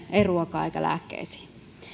ei ruokaan eikä lääkkeisiin